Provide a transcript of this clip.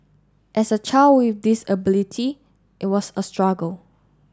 as a child with disability it was a struggle